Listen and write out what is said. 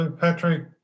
Patrick